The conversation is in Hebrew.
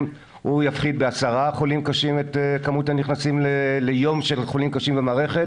הוא יפחית בעשרה חולים קשים את כמות הנכנסים ביום למערכת,